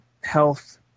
health